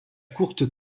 courtes